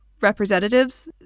representatives